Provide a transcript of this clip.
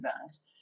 banks